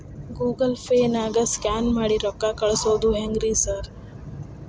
Google ಪೇನಾಗ scan ಮಾಡಿ ರೊಕ್ಕಾ ಕಳ್ಸೊದು ಹೆಂಗ್ರಿ ಸಾರ್?